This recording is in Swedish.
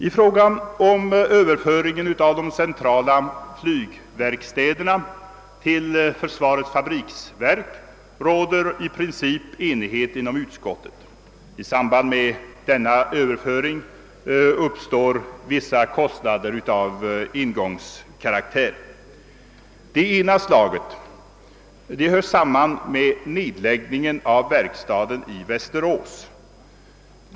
I fråga om överföringen av de centrala flygverkstäderna till försvarets fabriksverk råder i princip enighet inom utskottet. I samband med denna överföring uppstår vissa kostnader av engångskaraktär. En del av dem hör samman med nedläggningen av verkstaden i Västerås.